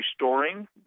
restoring